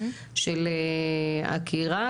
של עקירה,